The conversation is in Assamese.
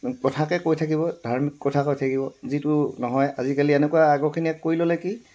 কথাকে কৈ থাকিব ধাৰ্মিক কথা কৈ থাকিব যিটো নহয় আজিকালি এনেকুৱা আগৰখিনিয়ে কৰি ল'লে কি